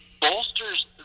bolsters